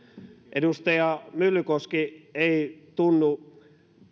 edustaja myllykoski ei tunnu